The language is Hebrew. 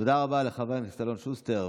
תודה רבה לחבר הכנסת אלון שוסטר.